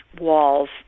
walls